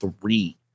three